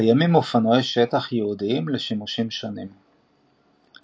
קיימים אופנועי שטח ייעודיים לשימושים שונים מוטוקרוס.